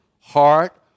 heart